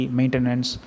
maintenance